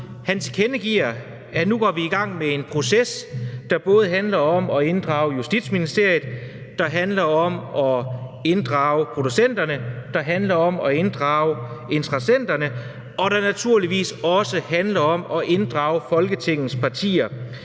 tilkendegiver, at nu går vi gang med en proces, der handler om at inddrage Justitsministeriet; der handler om at inddrage producenterne; der handler om at inddrage interessenterne, og som naturligvis også handler om at inddrage Folketingets partier.